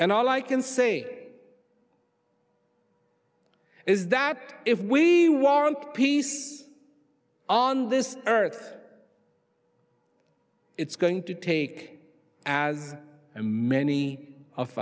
and all i can say is that if we want peace on this earth it's going to take as many of